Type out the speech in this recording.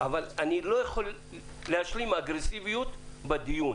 אבל אני לא יכול להשלים עם האגרסיביות בדיון.